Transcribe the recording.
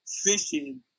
fishing